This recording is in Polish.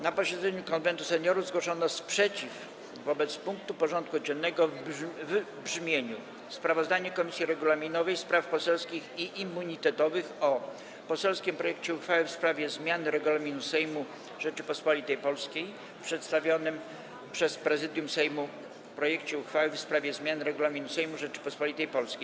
Na posiedzeniu Konwentu Seniorów zgłoszono sprzeciw wobec punktu porządku dziennego w brzmieniu: Sprawozdanie Komisji Regulaminowej, Spraw Poselskich i Immunitetowych o: - poselskim projekcie uchwały w sprawie zmiany Regulaminu Sejmu Rzeczypospolitej Polskiej, - przedstawionym przez Prezydium Sejmu projekcie uchwały w sprawie zmiany Regulaminu Sejmu Rzeczypospolitej Polskiej.